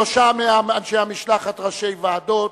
שלושה מראשי המשלחת הם ראשי ועדות,